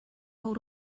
hold